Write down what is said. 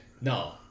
No